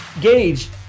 Gage